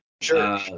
Sure